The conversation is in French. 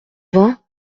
vingt